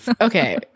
Okay